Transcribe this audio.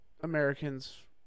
Americans